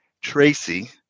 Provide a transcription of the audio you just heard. Tracy